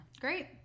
great